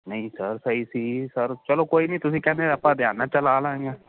ਨਹੀਂ ਸਰ ਸਹੀ ਸੀ ਸਰ ਚਲੋ ਕੋਈ ਨੀ ਤੁਸੀਂ ਕਹਿੰਦੇ ਆਪਾਂ ਧਿਆਨ ਨਾਲ ਚਲਾ ਲੈਣੀ ਆ